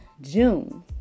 June